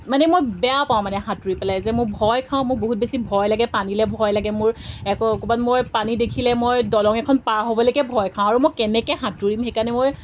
মানে মই বেয়া পাওঁ মানে সাঁতুৰি পেলাই যে মোৰ ভয় খাওঁ মোক বহুত বেছি ভয় লাগে পানীলৈ ভয় লাগে মোৰ একো অকণমান মই পানী দেখিলে মই দলং এখন পাৰ হ'বলৈকে ভয় খাওঁ আৰু মই কেনেকৈ সাঁতুৰিম সেইকাৰণে মই